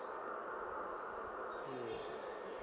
mm